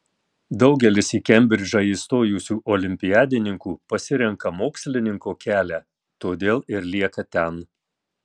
daugelis į kembridžą įstojusių olimpiadininkų pasirenka mokslininko kelią todėl ir lieka ten